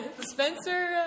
Spencer